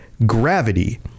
Gravity